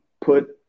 put